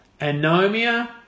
anomia